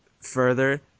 further